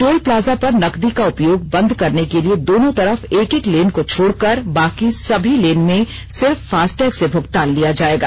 toll plaza पर नकदी का उपयोग बंद करने के लिए दोनों तरफ एक एक लेन को छोड़कर बाकी सभी लेन में सिर्फ फास्टैग से भुगतान लिया जाएगा